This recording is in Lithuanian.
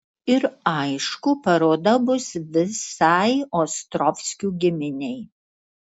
ir aišku paroda bus visai ostrovskių giminei